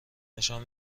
نشان